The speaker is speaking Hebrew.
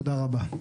תודה רבה.